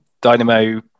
Dynamo